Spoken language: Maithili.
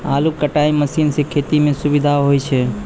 आलू कटाई मसीन सें खेती म सुबिधा होय छै